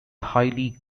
highly